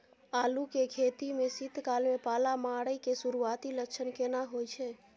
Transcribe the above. आलू के खेती में शीत काल में पाला मारै के सुरूआती लक्षण केना होय छै?